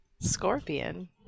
Scorpion